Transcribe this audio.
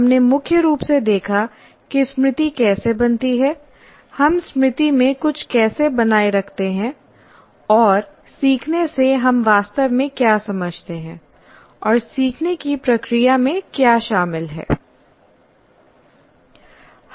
हमने मुख्य रूप से देखा कि स्मृति कैसे बनती है हम स्मृति में कुछ कैसे बनाए रखते हैं और सीखने से हम वास्तव में क्या समझते हैं और सीखने की प्रक्रिया में क्या शामिल है